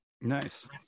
Nice